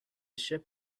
ship